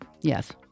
Yes